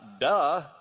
Duh